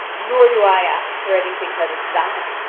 nor do i ask for anything that is thine,